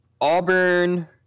Auburn